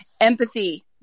empathy